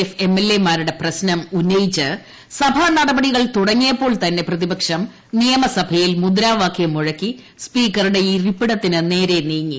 F MLA മാരുടെ പ്രശ്നം ഉന്നയിച്ച് സഭാ നടപടികൾ തുടങ്ങിയപ്പോൾ തന്നെ പ്രതിപക്ഷം നിയമസഭയിൽ മുദ്രാവാകൃം മുഴക്കി സ്പീക്കറുടെ ഇരിപ്പിടത്തിന് നേരെ നീങ്ങി